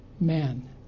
man